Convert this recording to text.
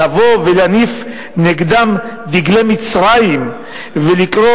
לבוא ולהניף נגדם דגלי מצרים ולקרוא